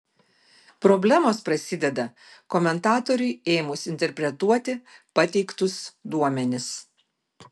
problemos prasideda komentatoriui ėmus interpretuoti pateiktus duomenis